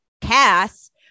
cast